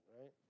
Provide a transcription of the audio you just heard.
Right